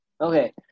okay